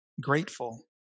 grateful